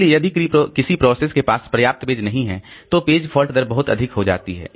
इसलिए यदि किसी प्रोसेस के पास पर्याप्त पेज नहीं हैं तो पेज फॉल्ट दर बहुत अधिक हो जाती है